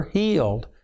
healed